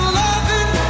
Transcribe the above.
loving